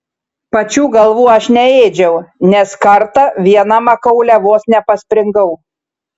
pačių galvų aš neėdžiau nes kartą viena makaule vos nepaspringau